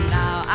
now